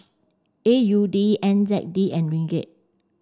A U D N Z D and Ringgit